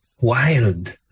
Wild